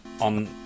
on